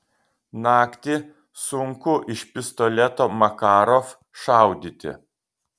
naktį sunku iš pistoleto makarov šaudyti